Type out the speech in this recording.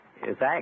Thanks